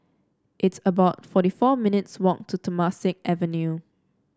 it's about forty four minutes walk to Temasek Avenue